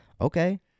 Okay